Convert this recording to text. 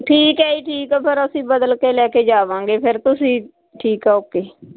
ਠੀਕ ਹੈ ਜੀ ਠੀਕ ਫਿਰ ਅਸੀਂ ਬਦਲ ਕੇ ਲੈ ਕੇ ਜਾਵਾਂਗੇ ਫਿਰ ਤੁਸੀਂ ਠੀਕ ਐ ਓਕੇ